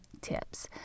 tips